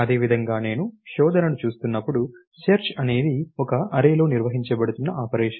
అదేవిధంగా నేను శోధనను చూస్తున్నప్పుడు సెర్చ్ అనేది ఒక అర్రేలో నిర్వహించబడుతున్న ఆపరేషన్